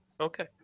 Okay